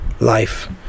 life